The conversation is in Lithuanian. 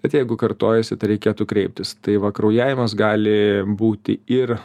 bet jeigu kartojasi reikėtų kreiptis tai va kraujavimas gali būti ir